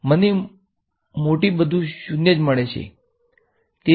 મને મોટી બધુ 0 જ મળશે